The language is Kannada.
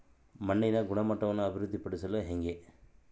ಮಣ್ಣಿನ ಗುಣಮಟ್ಟವನ್ನು ಅಭಿವೃದ್ಧಿ ಪಡಿಸದು ಹೆಂಗೆ?